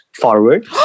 forward